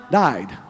died